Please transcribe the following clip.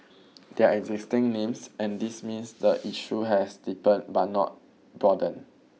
they are existing names and this means the issue has deepened but not broadened